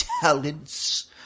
talents